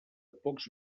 pocs